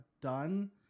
done